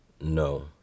No